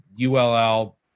ULL